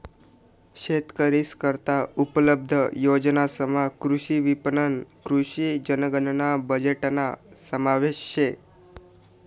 शेतकरीस करता उपलब्ध योजनासमा कृषी विपणन, कृषी जनगणना बजेटना समावेश शे